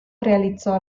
realizzò